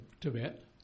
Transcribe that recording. Tibet